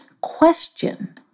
question